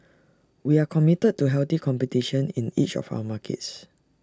we are committed to healthy competition in each of our markets